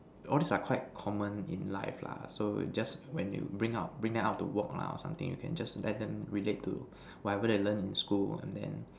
all these are quite common in life lah so just when you bring out bring them out to walk lah or something you can just let them relate to whatever they learn in school and then